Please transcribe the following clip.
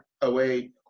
away